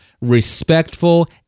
respectful